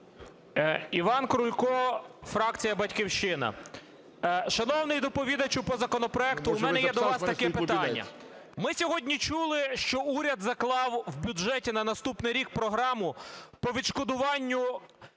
Іван Крулько, фракція "Батьківщина". Шановний доповідачу по законопроекту, у мене є до вас таке питання. Ми сьогодні чули, що уряд заклав в бюджеті на наступний рік програму по відшкодуванню